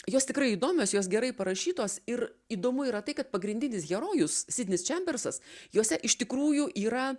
jos tikrai įdomios jos gerai parašytos ir įdomu yra tai kad pagrindinis herojus sidnis čembersas jose iš tikrųjų yra